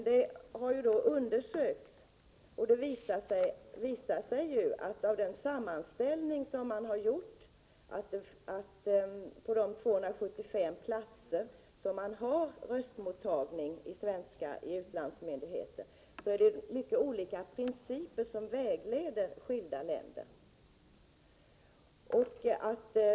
Det har undersökts, och det visar sig av den sammanställning som man har gjort på de 275 platser där man har röstmottagning hos svenska utlandsmyndigheter, att det är mycket olika principer som är vägledande i skilda länder.